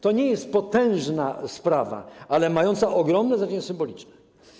To nie jest potężna sprawa, ale ma ona ogromne znaczenie symboliczne.